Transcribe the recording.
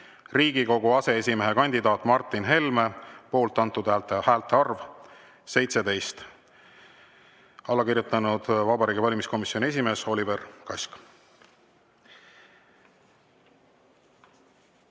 Riigikogu aseesimehe kandidaat Martin Helme, poolt antud häälte arv: 17. Alla kirjutanud Vabariigi Valimiskomisjoni esimees Oliver Kask. Kas